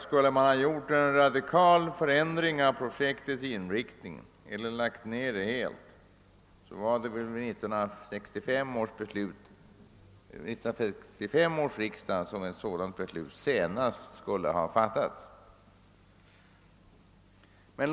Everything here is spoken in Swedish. Skulle man ha gjort en radikal förändring av projektets inriktning eller lagt ned det helt, borde ett sådant beslut ha fattats senast vid 1965 års riksdag, innan arbetena var för långt framskridna.